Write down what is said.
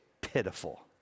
pitiful